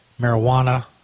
marijuana